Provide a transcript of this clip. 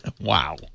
Wow